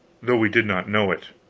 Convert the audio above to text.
though we did not know it.